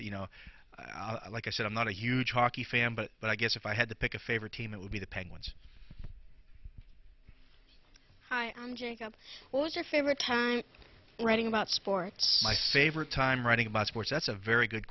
you know i like i said i'm not a huge hockey fan but but i guess if i had to pick a favorite team it would be the penguins hi i'm jacob was your favorite time reading about sports my favorite time writing about sports that's a very good